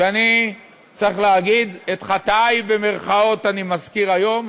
שאני צריך להגיד, את "חטאי" אני מזכיר היום,